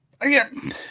again